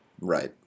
Right